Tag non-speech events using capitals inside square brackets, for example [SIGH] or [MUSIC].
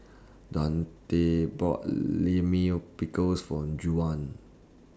Dontae bought [UNINTELLIGIBLE] Pickle For Juwan